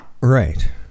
Right